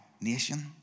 nation